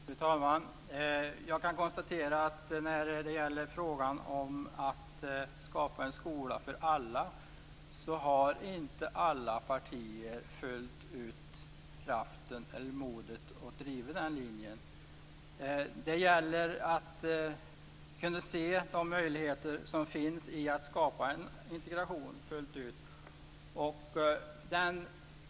Fru talman! Alla partier har inte kraften eller modet att driva frågan om att skapa en skola för alla fullt ut. Det gäller att se de möjligheter som finns i att skapa en integration fullt ut.